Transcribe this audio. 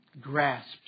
grasped